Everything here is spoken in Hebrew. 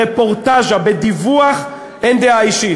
שברפורטז'ה, בדיווח, אין דעה אישית.